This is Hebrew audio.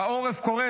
העורף קורס".